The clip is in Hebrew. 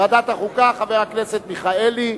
חבר הכנסת מיכאלי.